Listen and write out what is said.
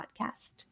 podcast